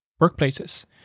workplaces